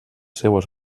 seues